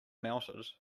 melted